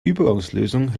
übergangslösung